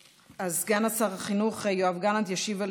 סגן שר החינוך יואב גלנט ישיב על